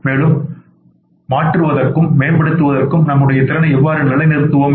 மேலும் மாற்றுவதற்கும் மேம்படுத்துவதற்கும் நம்முடைய திறனை எவ்வாறு நிலைநிறுத்துவோம்